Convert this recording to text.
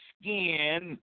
skin